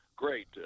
Great